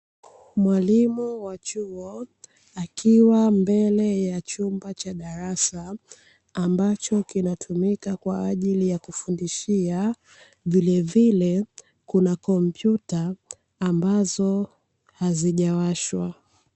Mwalimu wa chuo akiwa mbele ya chumba cha darasa ambacho kinatumika kwa ajili ya kufundishia, vilevile kuna kompyuta ambazo hazijawashwa.